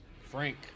Frank